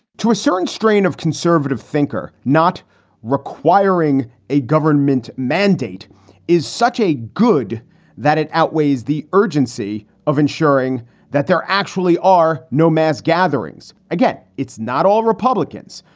to a certain strain of conservative thinker not requiring a government mandate is such a good that it outweighs the urgency of ensuring that there actually are no mass gatherings. again, it's not all republicans.